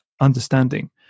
understanding